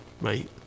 right